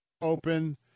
open